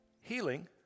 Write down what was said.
Healing